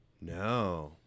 No